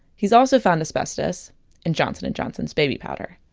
he's also found asbestos in johnson and johnson's baby powder